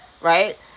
right